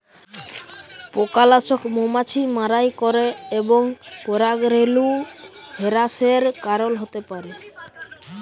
পকালাসক মমাছি মারাই ক্যরে এবং পরাগরেলু হেরাসের কারল হ্যতে পারে